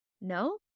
No